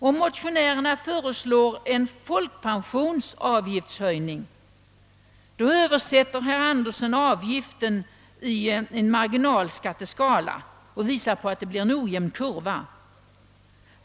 Om motionärerna föreslår en höjning av folkpensionsavgiften översätter herr Anderson avgiften till en marginalskatteskala, varvid det visar sig att kurvan blir ojämn.